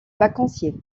vacanciers